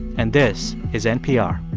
and this is npr